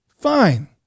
Fine